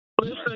Listen